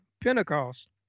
Pentecost